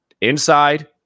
inside